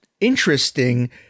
interesting